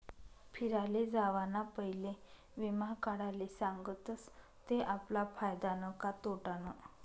फिराले जावाना पयले वीमा काढाले सांगतस ते आपला फायदानं का तोटानं